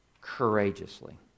courageously